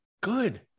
good